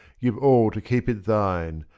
give all to keep it thine.